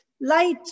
light